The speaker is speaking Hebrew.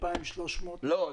לא.